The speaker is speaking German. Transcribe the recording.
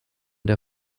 der